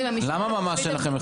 למה ממש אין לכם יכולת?